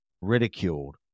ridiculed